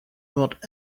what